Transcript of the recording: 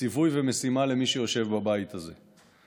כציווי ומשימה למי שיושב בבית הזה,